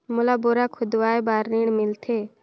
मोला बोरा खोदवाय बार ऋण मिलथे?